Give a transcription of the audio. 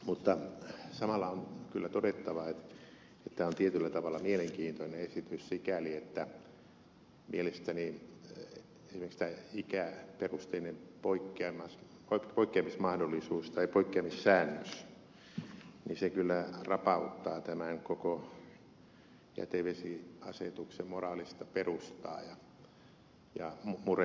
mutta samalla on kyllä todettava että tämä on tietyllä tavalla mielenkiintoinen esitys sikäli että mielestäni esimerkiksi tämä ikäperusteinen poikkeamismahdollisuus tai poikkeamissäännös rapauttaa tämän koko jätevesiasetuksen moraalista perustaa ja murentaa sitä